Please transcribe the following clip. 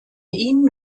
ihnen